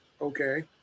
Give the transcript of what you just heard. okay